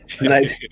nice